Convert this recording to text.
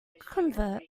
convert